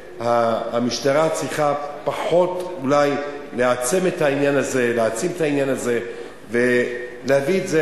המשטרה צריכה פחות להעצים את העניין הזה ולהביא את זה